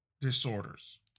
disorders